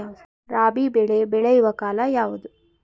ರಾಬಿ ಬೆಳೆ ಬೆಳೆಯುವ ಕಾಲ ಯಾವುದು?